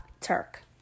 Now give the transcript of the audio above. Turk